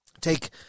take